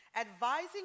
advising